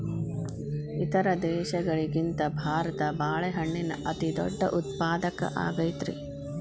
ಇತರ ದೇಶಗಳಿಗಿಂತ ಭಾರತ ಬಾಳೆಹಣ್ಣಿನ ಅತಿದೊಡ್ಡ ಉತ್ಪಾದಕ ಆಗೈತ್ರಿ